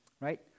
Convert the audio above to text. right